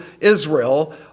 Israel